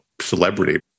celebrity